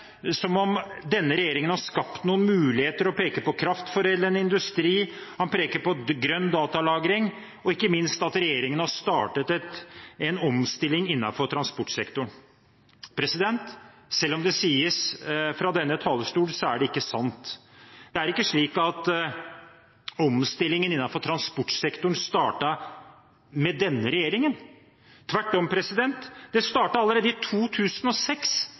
som om denne regjeringen har skapt noen muligheter, og peker på kraftforedlende industri, han peker på grønn datalagring og ikke minst på at regjeringen har startet en omstilling innenfor transportsektoren. Selv om det sies fra denne talerstolen, er det ikke sant. Det er ikke slik at omstillingen innenfor transportsektoren startet med denne regjeringen. Tvert om – det startet allerede i 2006,